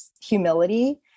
humility